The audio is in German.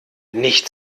nicht